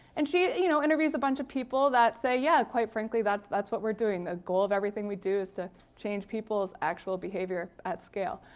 and she you know interviews a bunch of people that say. yeah. quite frankly, that's what we're doing. the goal of everything we do is to change people's actual behavior at scale.